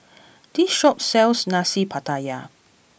this shop sells Nasi Pattaya